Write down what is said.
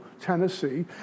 Tennessee